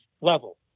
level